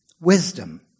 wisdom